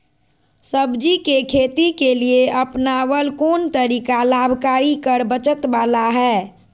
सब्जी के खेती के लिए अपनाबल कोन तरीका लाभकारी कर बचत बाला है?